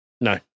No